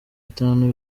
bitanu